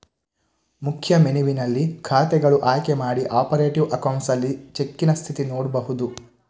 ಮುಖ್ಯ ಮೆನುವಿನಲ್ಲಿ ಖಾತೆಗಳು ಆಯ್ಕೆ ಮಾಡಿ ಆಪರೇಟಿವ್ ಅಕೌಂಟ್ಸ್ ಅಲ್ಲಿ ಚೆಕ್ಕಿನ ಸ್ಥಿತಿ ನೋಡ್ಬಹುದು